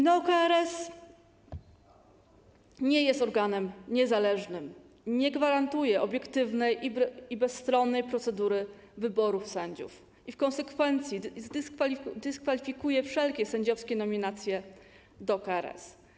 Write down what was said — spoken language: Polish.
Neo-KRS nie jest organem niezależnym, nie gwarantuje obiektywnej i bezstronnej procedury wyborów sędziów i w konsekwencji dyskwalifikuje wszelkie sędziowskie nominacje do KRS.